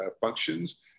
functions